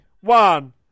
One